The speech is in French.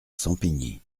sampigny